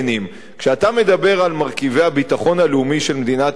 כשאתה מדבר על מרכיבי הביטחון הלאומי של מדינת ישראל,